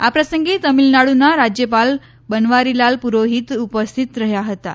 આ પ્રસંગે તમિલનાડુનાં રાજ્યપાલ બનવારીલાલ પુરોહીત ઉપસ્થિત રહ્યા હતાં